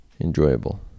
enjoyable